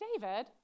David